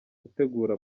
utegura